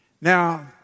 Now